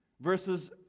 verses